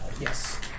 yes